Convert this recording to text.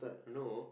no